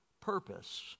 purpose